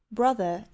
brother